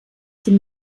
dem